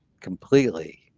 completely